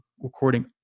recording